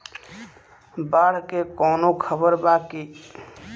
बाढ़ के कवनों खबर बा की?